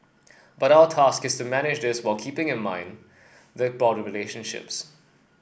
but our task is to manage this whilst keeping in mind the broader relationships